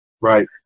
Right